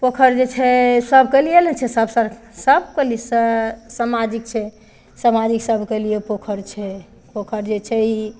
पोखरि जे छै सबके लिए ने छै सब समा सबके लिए सँ समाजिक छै समाजिक सबके लिए पोखरि छै पोखरि जे छै ई